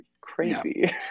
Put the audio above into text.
crazy